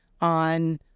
on